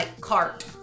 cart